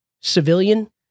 civilian